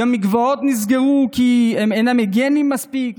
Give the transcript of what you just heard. גם מקוואות נסגרו כי הם אינם היגייניים מספיק,